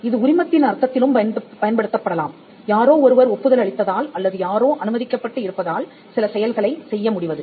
இது உரிமத்தின் அர்த்தத்திலும் பயன்படுத்தப்படலாம் யாரோ ஒருவர் ஒப்புதல் அளித்ததால் அல்லது யாரோ அனுமதிக்கப்பட்டு இருப்பதால் சில செயல்களைச் செய்ய முடிவது